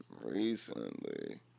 Recently